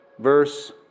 verse